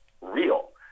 real